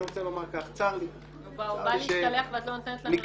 אני רוצה לומר כך: צר לי -- הוא בא להשתלח ואת לא נותנת לנו לענות?